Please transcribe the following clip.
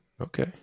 Okay